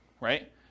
right